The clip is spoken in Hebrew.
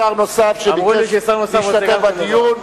שר נוסף משתתף בדיון,